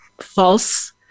false